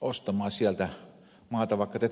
ostamaan sieltä maata vaikka tehtäisiin millaiset säännöt